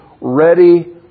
ready